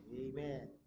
Amen